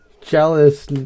jealous